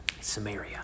Samaria